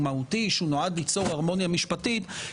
שאני מתנצל בפניו על הרמת הקול אתמול.